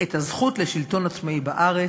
את הזכות לשלטון עצמאי בארץ,